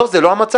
לא, זה לא המצב.